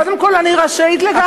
קודם כול, אני רשאית לגמרי.